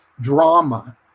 drama